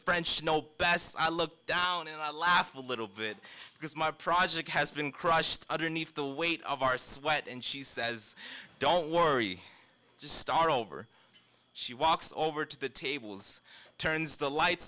french know best so i look down and laugh a little bit because my project has been crushed underneath the weight of our sweat and she says don't worry just start over she walks over to the tables turns the lights